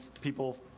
people